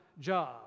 job